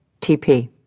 TP